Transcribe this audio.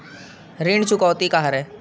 ऋण चुकौती का हरय?